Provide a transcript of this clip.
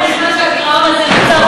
הממשלה כל כך עייפה,